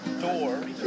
door